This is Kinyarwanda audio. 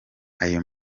ayo